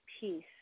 peace